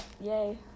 Yay